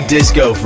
Disco